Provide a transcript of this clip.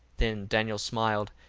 then daniel smiled,